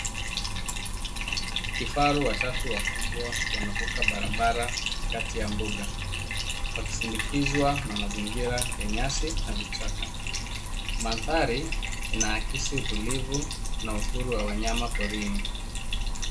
Kifaru watatu wakubwa wanavuka barabara katikati ya mboga, wakisindikizwa na mazingira ya nyasi na vichaka. Mandhari inaakisi utulivu na uhuru wa wanyama porini.